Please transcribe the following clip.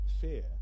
fear